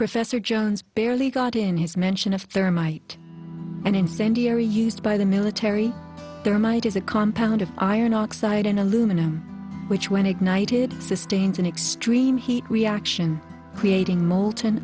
professor jones barely got in his mention of thermite and incendiary used by the military there might is a compound of iron oxide in aluminum which when ignited sustains an extreme heat reaction creating molten